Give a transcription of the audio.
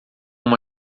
uma